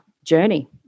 journey